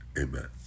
amen